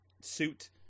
suit